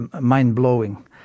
mind-blowing